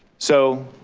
so,